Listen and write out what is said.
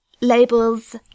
labels